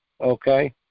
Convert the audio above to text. okay